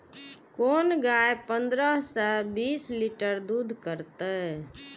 कोन गाय पंद्रह से बीस लीटर दूध करते?